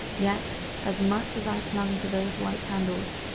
yet, as much as i clung to those white candles,